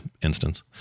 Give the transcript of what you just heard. Instance